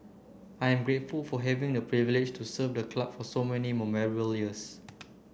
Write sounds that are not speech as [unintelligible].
I am grateful for having the privilege to serve the club for so many [unintelligible] years